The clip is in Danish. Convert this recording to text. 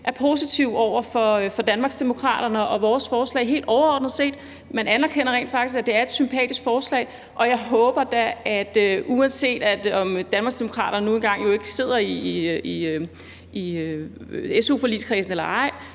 er positive over for Danmarksdemokraterne og vores forslag helt overordnet set. Man anerkender rent faktisk, at det er et sympatisk forslag, og jeg håber da, uanset at Danmarksdemokraterne nu engang ikke sidder i su-forligskredsen,